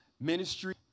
ministry